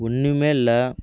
ஒன்றுமே இல்லை